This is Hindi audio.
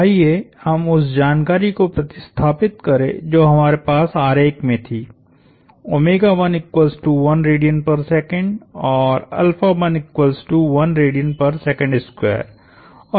आइए हम उस जानकारी को प्रतिस्थापित करें जो हमारे पास आरेख में थी और और यह लंबाई है